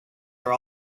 are